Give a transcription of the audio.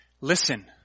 listen